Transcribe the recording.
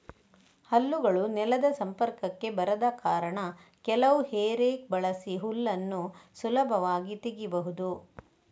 ಹಲ್ಲುಗಳು ನೆಲದ ಸಂಪರ್ಕಕ್ಕೆ ಬರದ ಕಾರಣ ಕೆಲವು ಹೇ ರೇಕ್ ಬಳಸಿ ಹುಲ್ಲನ್ನ ಸುಲಭವಾಗಿ ತೆಗೀಬಹುದು